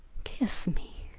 kiss me.